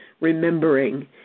remembering